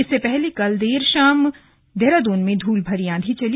इससे पहले कल देर शाम देहरादून में धूल भरी आंधी चली